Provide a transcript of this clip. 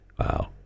Wow